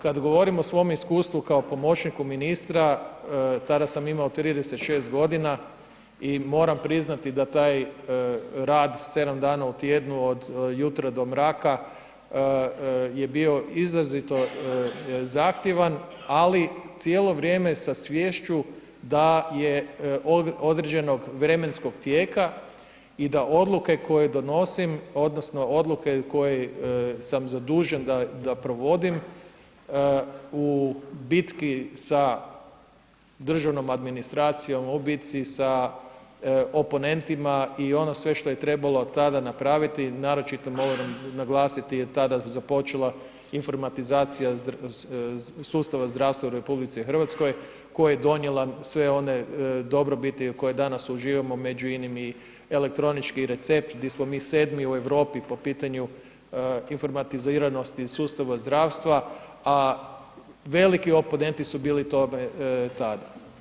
Kad govorim o svom iskustvu kao pomoćniku ministra tada sam imao 36 godina i moram priznati da taj rad 7 dana u tjednu od jutra do mraka je bio izrazito zahtjevan, ali cijelo vrijeme sa sviješću da je određenog vremenskog tijeka i da odluke koje donosim odnosno odluke koje sam zadužen da provodim u bitki sa državnom administracijom, u bitci sa oponentima i ono sve što je trebalo tada napraviti naročito moram naglasiti je tada započela informatizacija sustava zdravstva u RH koja je donijela sve one dobrobiti koje danas uživamo među inim i elektronički recept di smo mi 7 u Europi po pitanju informatiziranosti u sustavu zdravstva, a veliki oponenti su bili tome tada.